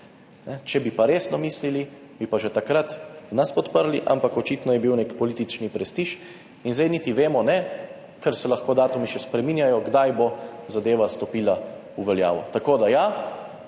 Če bi pa resno mislili, bi pa že takrat nas podprli, ampak očitno je bil nek politični prestiž in zdaj niti vemo ne, ker se lahko datumi še spreminjajo, kdaj bo zadeva stopila v veljavo. Tako da ja,